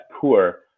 poor